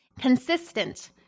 consistent